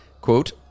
Quote